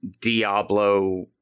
Diablo